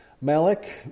Malik